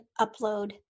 upload